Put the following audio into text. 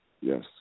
Yes